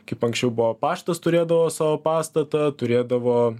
kaip anksčiau buvo paštas turėdavo savo pastatą turėdavo